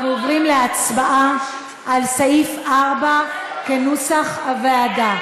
אנחנו עוברים להצבעה על סעיף 4 כנוסח הוועדה.